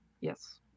Yes